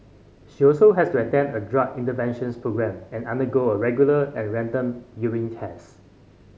she also has to attend a drug interventions programme and undergo regular and random urine test